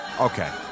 Okay